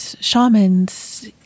shamans